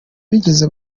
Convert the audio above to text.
bigeze